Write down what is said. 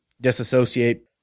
disassociate